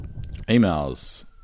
emails